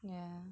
yeah